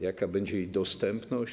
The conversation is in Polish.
Jaka będzie jej dostępność?